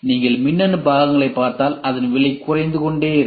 நீங்கள் மின்னணு பாகங்களைப் பார்த்தால்அதன் விலை குறைந்து கொண்டே இருக்கும்